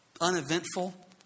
uneventful